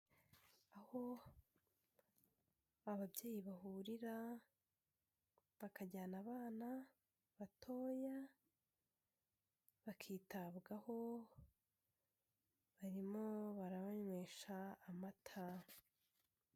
Aho ababyeyi bahurira bakajyana abana batoya bakitabwaho, barimo barabanywesha amata.